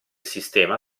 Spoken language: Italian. sistema